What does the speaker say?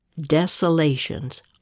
Desolations